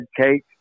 cake